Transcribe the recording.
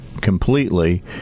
completely